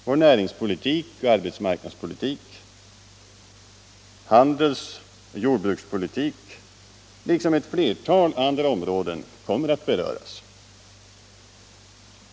Vår näringspolitik, arbetsmarknadspolitik och handels och jordbrukspolitik liksom ett flertal andra områden kommer att beröras.